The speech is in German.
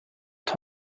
die